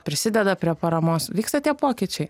prisideda prie paramos vyksta tie pokyčiai